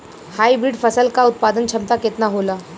Hybrid फसल क उत्पादन क्षमता केतना होला?